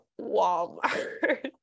Walmart